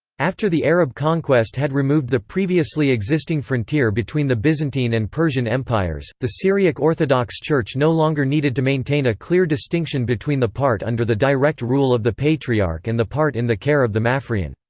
after the arab conquest had removed the previously existing frontier between the byzantine and persian empires, the syriac orthodox church no longer needed to maintain a clear distinction between the part under the direct rule of the patriarch and the part in the care of the maphrian.